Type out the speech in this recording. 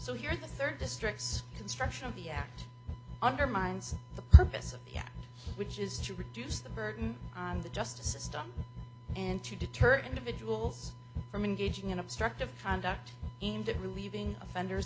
so here the third district's construction of the act undermines the purpose of the act which is to reduce the burden on the justice system and to deter individuals from engaging in obstructive conduct aimed at relieving offenders